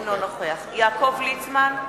אינו נוכח יעקב ליצמן,